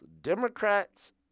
Democrats